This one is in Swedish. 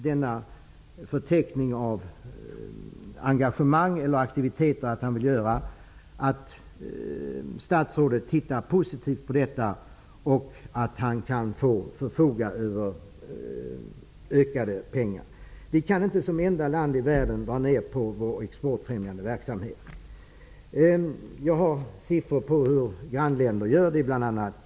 Denna förteckning av aktiviteter bör statsrådet se positivt på och sedan låta Exportrådets vd förfoga över mera pengar. Vi kan inte som enda land i världen dra ner på vår exportfrämjande verksamhet. Jag har siffror på hur man gör i våra grannländer.